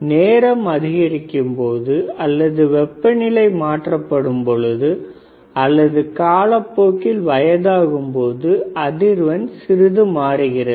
நேரம் அதிகரிக்கும் பொழுது அல்லது வெப்பநிலை மாற்றப்படும் பொழுது அல்லது காலப்போக்கில் வயதாகும் போது அதிர்வெண் சிறிது மாறுகிறது